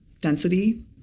density